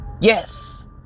Yes